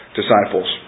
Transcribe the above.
disciples